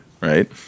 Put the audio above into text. right